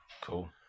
cool